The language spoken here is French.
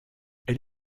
elle